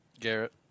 Garrett